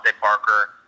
Parker